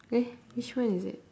eh which one is it